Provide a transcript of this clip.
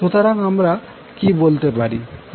সুতরাং আমরা কি বলতে পারি